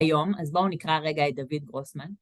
היום, אז בואו נקרא רגע את דוד גרוסמן.